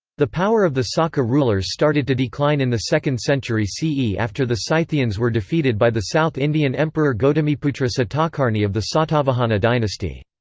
the power of the saka rulers started to decline in the second century ce after the scythians were defeated by the south indian emperor gautamiputra satakarni of the satavahana dynasty.